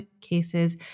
cases